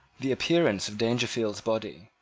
the appearance of dangerfield's body,